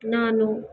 ನಾನು